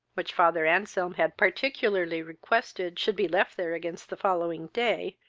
which father anselm had particularly requested should be left there against the following day,